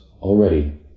already